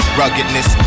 ruggedness